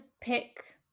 pick